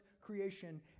creation